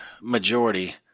majority